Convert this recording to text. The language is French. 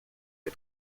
les